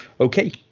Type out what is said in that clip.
Okay